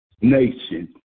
nation